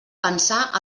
pensar